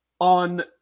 on